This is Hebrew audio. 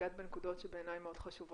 נגעת בנקודות שבעיני מאוד חשובות.